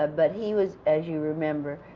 ah but he was, as you remember,